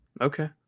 Okay